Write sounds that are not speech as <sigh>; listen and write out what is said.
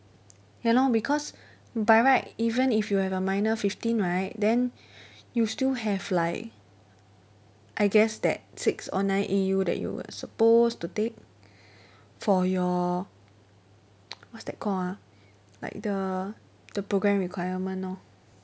ya lor because by right even if you have a minor fifteen right then you still have like I guess that six or nine A_U that you are supposed to take <breath> for your <noise> what's that called ah like the the programme requirement lor